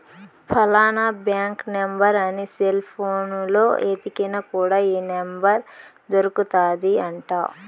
ఫలానా bank number అని cell పోనులో ఎతికిన కూడా ఈ నెంబర్ దొరుకుతాది అంట